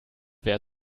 wer